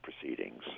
proceedings